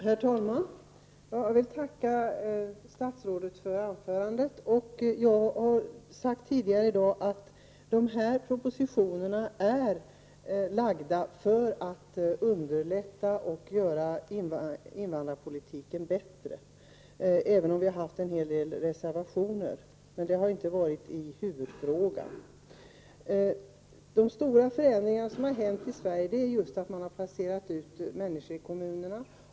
Herr talman! Jag vill tacka statsrådet för hennes anförande. Jag har tidigare i dag sagt att dessa propositioner är framlagda för att invandrarpolitiken skall bli bättre. En hel del reservationer har fogats till betänkandet, men de gäller inte huvudfrågan. Bland de stora förändringar som har skett i Sverige är att flyktingar har placerats ut i kommunerna.